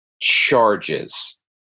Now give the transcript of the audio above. charges